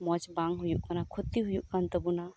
ᱢᱚᱸᱡ ᱵᱟᱝ ᱦᱩᱭᱩᱜ ᱠᱟᱱᱟ ᱠᱷᱚᱛᱤ ᱦᱩᱭᱩᱜ ᱠᱟᱱ ᱛᱟᱵᱚᱱᱟ